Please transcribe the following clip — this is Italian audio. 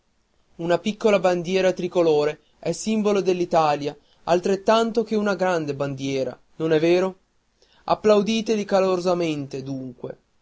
una piccola bandiera tricolore è simbolo dell'italia altrettanto che una grande bandiera non è vero applauditeli calorosamente dunque